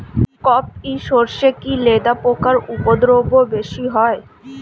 কোপ ই সরষে কি লেদা পোকার উপদ্রব বেশি হয়?